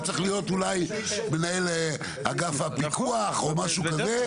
זה צריך להיות מנהל אגף הפיקוח או משהו כזה.